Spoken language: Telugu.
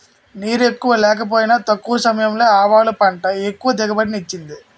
నీరెక్కువ లేకపోయినా తక్కువ సమయంలో ఆవాలు పంట ఎక్కువ దిగుబడిని ఇచ్చింది